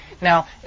Now